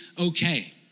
okay